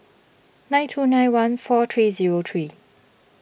nine two nine one four three zero three